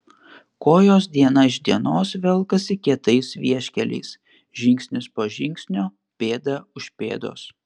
kojos diena iš dienos velkasi kietais vieškeliais žingsnis po žingsnio pėda už pėdos